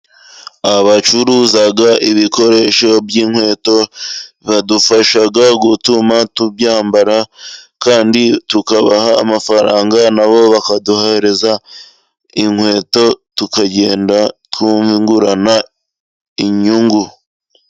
Abacuruza ibikoresho by'inkweto badufashaga gutuma tubyambara kandi tukabaha amafaranga, nabo bakaduhereza inkweto tukagenda twungurana inyungu.